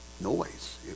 noise